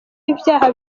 ivyaha